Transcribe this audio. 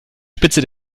spitze